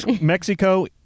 Mexico